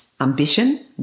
ambition